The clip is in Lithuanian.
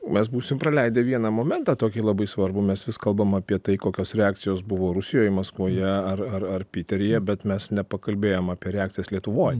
mes būsim praleidę vieną momentą tokį labai svarbų mes vis kalbam apie tai kokios reakcijos buvo rusijoj maskvoje ar ar ar piteryje bet mes nepakalbėjom apie reakcijas lietuvoj